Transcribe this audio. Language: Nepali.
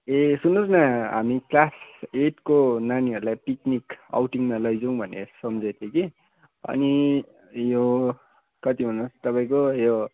ए सुन्नुहोस् न हामी क्लास एटको नानीहरूलाई पिकनिक आउटिङमा लैजाउँ भनेर सम्झेको थियौँ कि अनि यो कति भन्नुहोस् तपाईँको यो